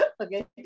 Okay